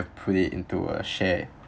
put it into a share